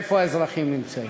איפה האזרחים נמצאים?